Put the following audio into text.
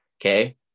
Okay